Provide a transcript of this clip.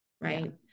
Right